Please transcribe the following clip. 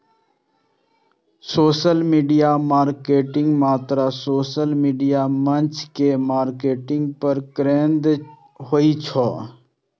social media marketing मात्र social media मंच के मार्केटिंग पर केंद्रित होइ छै